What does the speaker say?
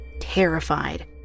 terrified